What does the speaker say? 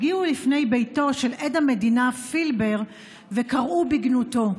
הגיעו לפני ביתו של עד המדינה פילבר וקראו בגנותו.